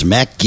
Mac